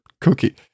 cookie